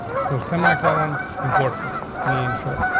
so semi colons important in short.